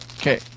Okay